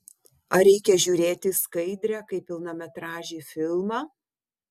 ar reikia žiūrėti skaidrę kaip pilnametražį filmą